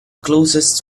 closest